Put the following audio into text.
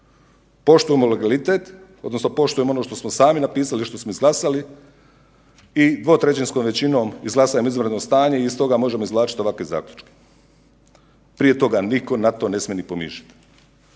Poštujmo legalitet odnosno poštujmo ono što smo sami napisali i što smo izglasali i dvotrećinskom većinom izglasajmo izvanredno stanje i iz toga možemo izvlačiti ovakve zaključke, prije toga na to nitko ne smije ni pomišljati.